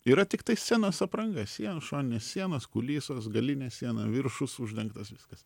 yra tiktai scenos apranga šoninės sienos kulisos galinė siena viršus uždengtas viskas